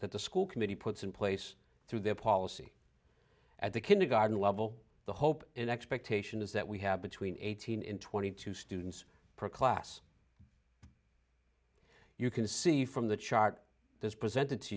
that the school committee puts in place through their policy at the kindergarden level the hope and expectation is that we have between eighteen and twenty two students per class you can see from the chart this presented to